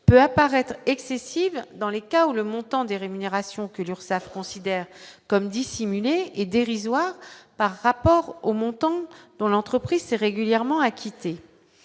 peut apparaître excessive dans les cas où le montant des rémunérations que l'Urssaf considère comme dissimulé est dérisoire par rapport au montant dans l'entreprise s'est régulièrement acquittée,